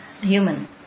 human